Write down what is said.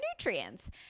nutrients